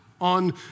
on